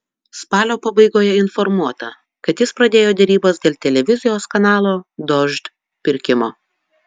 spalio pabaigoje informuota kad jis pradėjo derybas dėl televizijos kanalo dožd pirkimo